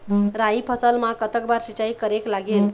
राई फसल मा कतक बार सिचाई करेक लागेल?